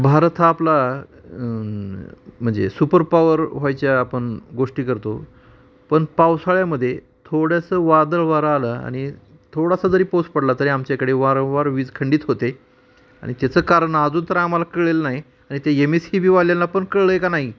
भारत हा आपला म्हणजे सुपरपावर व्हायच्या आपण गोष्टी करतो पण पावसाळ्यामध्ये थोडंसं वादळवारं आलं आणि थोडासा जरी पाऊस पडला तरी आमच्याकडे वारंवार वीज खंडित होते आणि त्याचं कारण अजून तर आम्हाला कळलेलं नाही आणि ते यम एस् सी बीवाल्यांना पण कळलं आहे का नाही